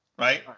right